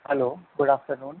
hello good afternoon